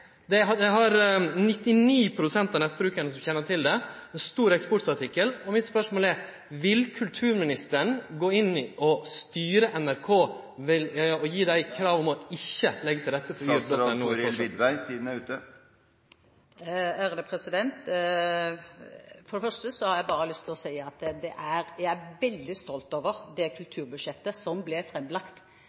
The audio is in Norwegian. av nettbrukarane kjenner til yr.no, og det er ein stor eksportartikkel. Mitt spørsmål er: Vil kulturministeren gå inn og styre NRK og gje dei krav om ikkje å leggje til rette for yr.no? For det første har jeg bare lyst til å si at jeg er veldig stolt over det kulturbudsjettet som ble